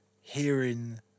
hearing